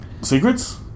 secrets